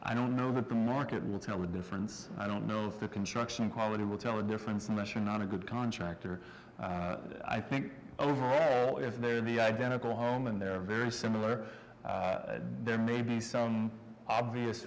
i don't know that the market will tell the difference i don't know if the construction quality will tell the difference unless you're not a good contractor i think if they're in the identical home and they're very similar there may be some obvious